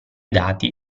dati